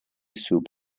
sub